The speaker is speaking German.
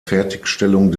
fertigstellung